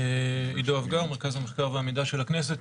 עדו אבגר, מרכז המחקר והמידע של הכנסת.